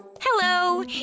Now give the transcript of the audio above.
Hello